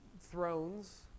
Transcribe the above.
thrones